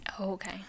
Okay